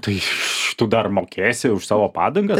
tai š tu dar mokėsi už savo padangas